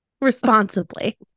Responsibly